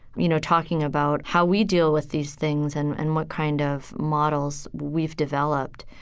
you know, talking about how we deal with these things and and what kind of models we've developed.